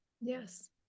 yes